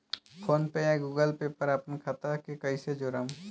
PhonePe या Google Pay पर अपना खाता के कईसे जोड़म?